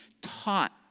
taught